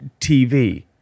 TV